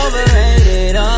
Overrated